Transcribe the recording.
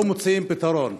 לא מוצאים פתרון.